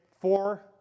four